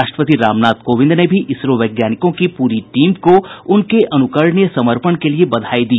राष्ट्रपति रामनाथ कोविंद ने भी इसरो वैज्ञानिकों की पूरी टीम को उनके अनुकरणीय समर्पण के लिए बधाई दी